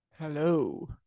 Hello